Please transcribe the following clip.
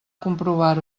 comprovar